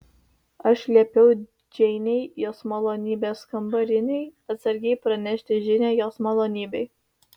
aš liepiau džeinei jos malonybės kambarinei atsargiai pranešti žinią jos malonybei